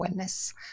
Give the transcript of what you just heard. Wellness